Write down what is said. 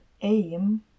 aim